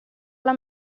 alla